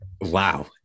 wow